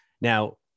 now